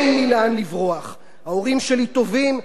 ההורים שלי טובים, אבל בורים בנושא.